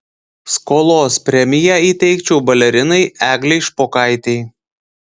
skolos premiją įteikčiau balerinai eglei špokaitei